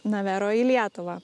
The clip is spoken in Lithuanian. nevero į lietuvą